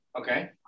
Okay